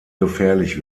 gefährlich